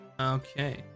Okay